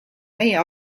meie